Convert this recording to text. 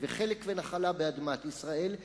חלק נחלה באדמת ישראל,